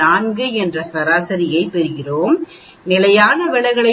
4 என்ற சராசரியைப் பெறுகிறோம் நிலையான விலகலைப் பெறுகிறோம்